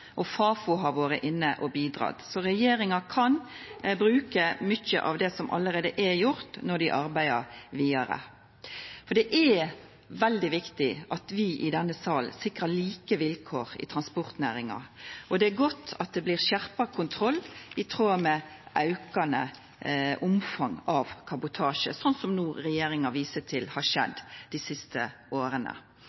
regjeringa kan bruka mykje av det som allereie er gjort, når dei arbeider vidare. For det er veldig viktig at vi i denne salen sikrar like vilkår i transportnæringa. Det er godt at det blir skjerpa kontroll i tråd med aukande omfang av kabotasje, som regjeringa viser til har